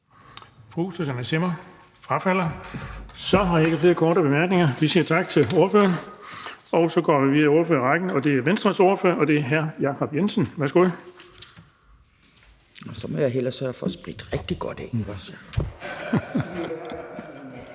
Så er der ikke flere korte bemærkninger. Vi siger tak til ordføreren. Og så går vi videre i ordførerrækken, og det er Venstres ordfører, og det er hr. Jacob Jensen. Værsgo. Kl. 16:07 (Ordfører) Jacob Jensen (V): Tak